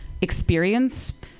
experience